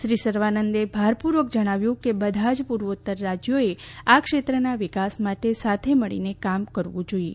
શ્રી સર્વાનંદે ભારપૂર્વક જણાવ્યું કે બધાં જ પૂર્વાત્તર રાજ્યોએ આ ક્ષેત્રનાં વિકાસ માટે સાથે મળીને કામ કરવું જોઈએ